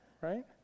right